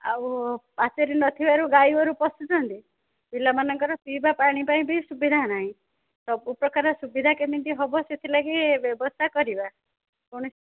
ଆଉ ପାଚେରୀ ନଥିବାରୁ ଗାଈ ଗୋରୁ ପଶୁଛନ୍ତି ପିଲାମାନଙ୍କର ପିଇବା ପାଣି ପାଇଁ ବି ସୁବିଧା ନାହିଁ ସବୁ ପ୍ରକାର ସୁବିଧା କେମିତି ହେବ ସେଥିଲାଗି ବ୍ୟବସ୍ଥା କରିବା କ'ଣ